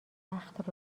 سخت